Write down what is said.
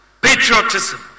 patriotism